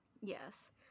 Yes